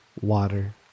water